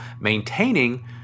maintaining